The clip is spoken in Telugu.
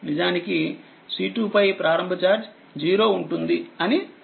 నిజానికి C2 పై ప్రారంభ చార్జ్ 0 ఉంటుంది అని రాయాలి